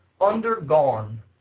undergone